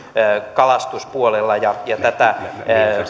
kalastuspuolella ja ja tätä